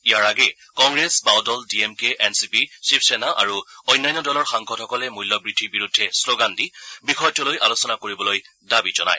ইয়াৰ আগেয়ে কংগ্ৰেছ বাওঁদল D M K N C P Shiv Sena আৰু অন্যান্য দলৰ সাংসদসকলে মূল্যবৃদ্ধিৰ বিৰুদ্ধে শ্লোগান দি বিষয়টো লৈ আলোচনা কৰিবলৈ দাবী জনায়